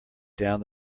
down